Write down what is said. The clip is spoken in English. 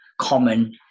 common